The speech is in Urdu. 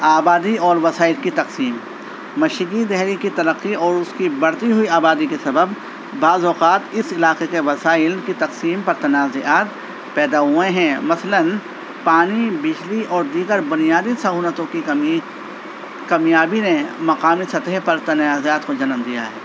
آبادی اور وسائل کی تقسیم مشرقی دلی کی ترقی اور اور اس کی بڑھتی ہوئی آبادی کے سبب بعض اوقات اس علاقے کے وسائل کی تقسیم پر تنازعات پیدا ہوئے ہیں مثلاً پانی بجلی اور دیگر بنیادی سہولتوں کی کمی کمیابی نے مقامی سطح پر تنازعات کو جنم دیا ہے